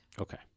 okay